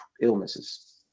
illnesses